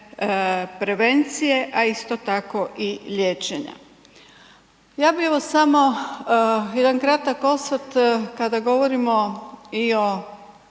prevencije a isto tako i liječenja. Ja bih evo samo jedna kratak osvrt kada govorimo i o